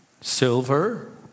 Silver